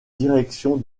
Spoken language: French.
direction